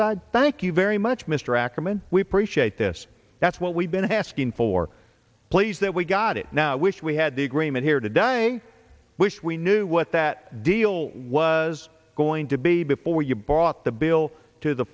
side thank you very much mr ackerman we prefer this that's what we've been asking for plays that we've got it now i wish we had the agreement here today i wish we knew what that deal was going to be before you bought the bill to the